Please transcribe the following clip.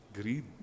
Greed